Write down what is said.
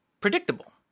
predictable